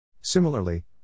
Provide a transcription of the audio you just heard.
Similarly